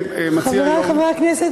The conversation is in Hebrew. חברי חברי הכנסת,